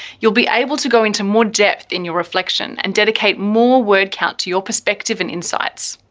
you'll be able to go into more depth in your reflection and dedicate more word count to your perspective and insights.